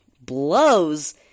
blows